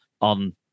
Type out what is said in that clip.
on